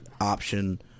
option